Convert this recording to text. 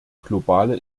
globale